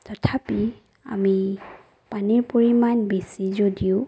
তথাপি আমি পানীৰ পৰিমাণ বেছি যদিও